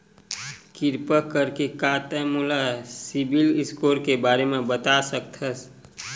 किरपा करके का तै मोला सीबिल स्कोर के बारे माँ बता सकथस?